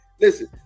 listen